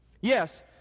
Yes